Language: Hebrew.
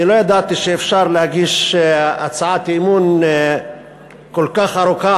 אני לא ידעתי שאפשר להגיש הצעת אי-אמון כל כך ארוכה,